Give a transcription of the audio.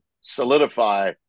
solidify